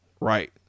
Right